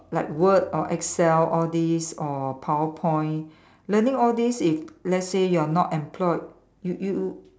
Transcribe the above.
like word or Excel all this or PowerPoint learning all this if let's say you are not employed you you